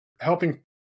helping